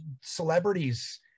celebrities